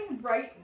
right